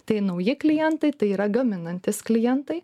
tai nauji klientai tai yra gaminantys klientai